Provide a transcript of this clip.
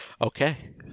Okay